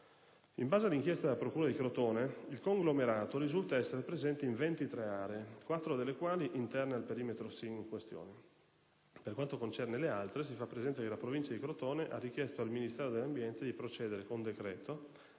In base all'inchiesta della procura di Crotone, il conglomerato risulta essere presente in 23 aree, 4 delle quali interne al perimetro del SIN in questione. Per quanto concerne le altre, si fa presente che la Provincia di Crotone ha richiesto al Ministero dell'ambiente di procedere con decreto,